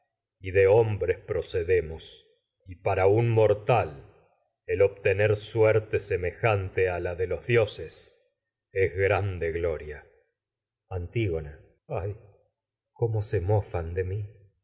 y de hom bres procedemos a un mortal el obtener suerte semejante la de los dioses es grande gloria se antígona ay cómo mofan de mi